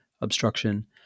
obstruction